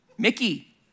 Mickey